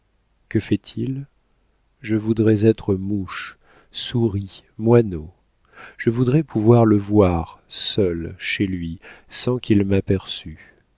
que fait-il je voudrais être mouche souris moineau je voudrais pouvoir le voir seul chez lui sans qu'il m'aperçût